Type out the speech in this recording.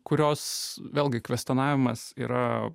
kurios vėlgi kvestionavimas yra